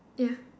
ya